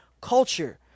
culture